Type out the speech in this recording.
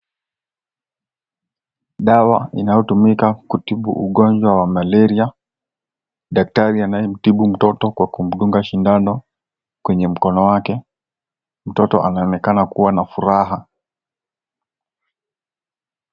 Dawa inayotumika kutibu ugonjwa wa malaria, daktari anayemtibu mtoto kwa kumdunga shindano kwenye mkono wake. Mtoto anaonekana kua na furaha